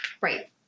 Right